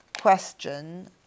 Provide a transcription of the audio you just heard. question